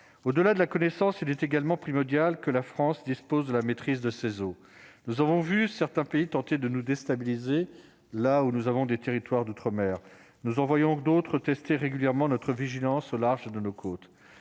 au-delà de la connaissance, il est également primordial que la France dispose de la maîtrise de ses eaux, nous avons vu certains pays tentés de nous déstabiliser, là où nous avons des territoires d'Outre-Mer nous envoyons d'autres tester régulièrement notre vigilance au large de nos côtes,